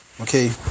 okay